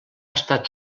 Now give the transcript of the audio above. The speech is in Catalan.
estat